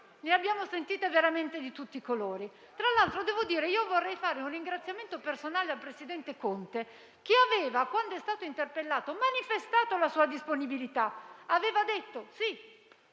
ne abbiamo sentite veramente di tutti i colori. Tra l'altro, vorrei fare un ringraziamento personale al presidente Conte che, quando è stato interpellato, aveva manifestato la sua disponibilità. Aveva infatti